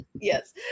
Yes